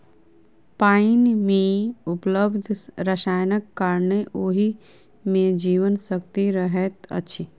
पाइन मे उपलब्ध रसायनक कारणेँ ओहि मे जीवन शक्ति रहैत अछि